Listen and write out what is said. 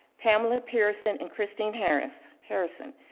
pamela pierson and christine harris, harrison,